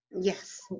yes